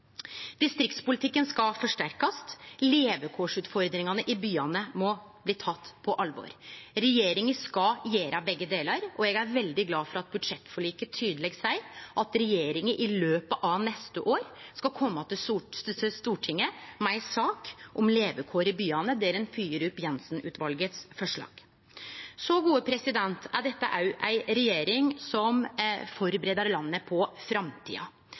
Distriktspolitikken skal forsterkast. Levekårsutfordringane i byane må bli tekne på alvor. Regjeringa skal gjere begge delar, og eg er veldig glad for at budsjettforliket tydeleg seier at regjeringa i løpet av neste år skal kome til Stortinget med ei sak om levekår i byane, der ein følgjer opp Jenssen-utvalets forslag. Dette er òg ei regjering som førebur landet på framtida.